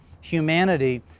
humanity